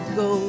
go